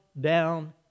down